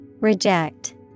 Reject